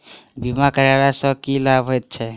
बीमा करैला सअ की लाभ होइत छी?